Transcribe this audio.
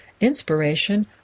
inspiration